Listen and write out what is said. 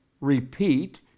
repeat